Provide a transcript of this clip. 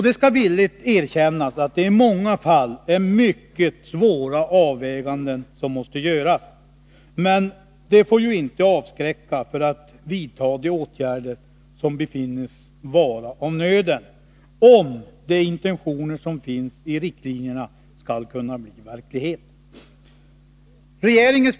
Det skall villigt erkännas att det i många fall är mycket svåra avväganden som måste göras, men det får ju inte avskräcka oss från att vidta de åtgärder som befinns vara av nöden, om de intentioner som finns i riktlinjerna skall kunna bli verklighet.